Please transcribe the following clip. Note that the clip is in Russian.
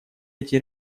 эти